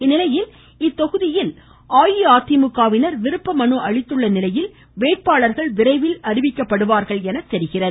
இந்நிலையில் இத்தொகுதிகளில் அஇஅதிமுகவினர் விருப்பமனு அளித்துள்ள நிலையில் வேட்பாளர்கள் விரைவில் அறிவிக்கப்படுவார்கள் என தெரிகிறது